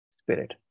spirit